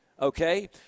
Okay